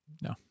no